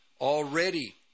already